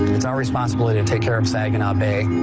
it's our responsibility to take care of saginaw bay,